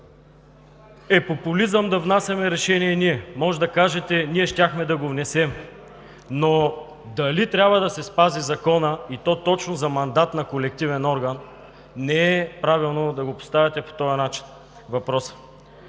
е популизъм да внасяме решение ние. Можете да кажете: „Ние щяхме да го внесем!“, но дали трябва да се спази Законът, и то точно за мандат на колективен орган, не е правилно да го поставяте по този начин. Според